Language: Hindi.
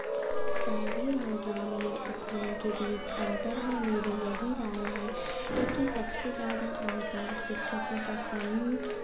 शहरी और ग्रामीण स्कूलों के बीच अंतर में मेरी यही राय है की सबसे ज़्यादा शिक्षकों का समूह